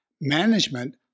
Management